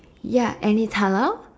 ya and it's halal